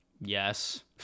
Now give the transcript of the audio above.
yes